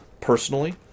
personally